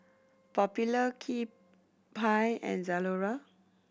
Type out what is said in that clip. Popular Kewpie and Zalora